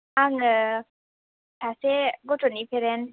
आङो सासे गथ'नि पेरेन्ट